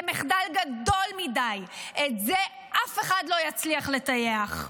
זה מחדל גדול מדי, את זה אף אחד לא יצליח לטייח.